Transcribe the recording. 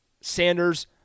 Sanders